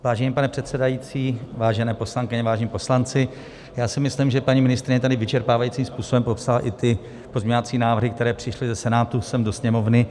Vážený pane předsedající, vážené poslankyně, vážení poslanci, já si myslím, že paní ministryně tady vyčerpávajícím způsobem popsala i ty pozměňovací návrhy, které přišly ze Senátu sem do Sněmovny.